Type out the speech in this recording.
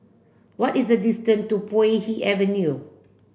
what is the distance to Puay Hee Avenue